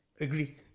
agree